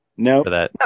No